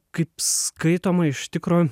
kaip skaitoma iš tikro